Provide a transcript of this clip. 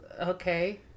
okay